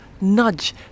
nudge